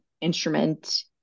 instrument